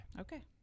Okay